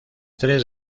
tres